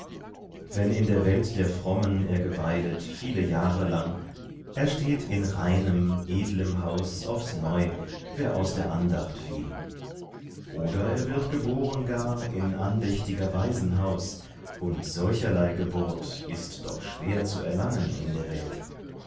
wenn in der welt der frommen er geweilet viele jahre lang ersteht in reinem edlem haus aufs neu wer aus der andacht fiel oder er wird geboren gar in andächtiger weisen haus und solcherlei geburt ist doch schwer zu erlangen in der welt